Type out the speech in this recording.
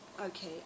Okay